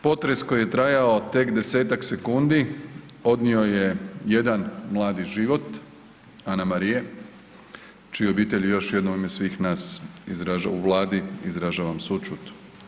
Potres koji je trajao tek 10-tak sekundi odnio je jedan mladi život, Anamarije, čijoj obitelji još jednom u ime svih nas u Vladi izražavam sućut.